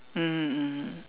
mmhmm mmhmm